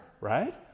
right